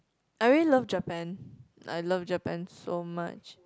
I really love Japan I love Japan so much